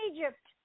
Egypt